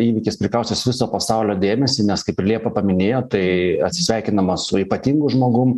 įvykis prikaustęs viso pasaulio dėmesį nes kaip ir liepa paminėjo tai atsisveikinama su ypatingu žmogum